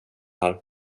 här